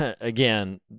again